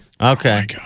Okay